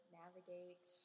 navigate